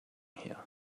here